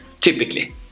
typically